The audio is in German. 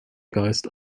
geist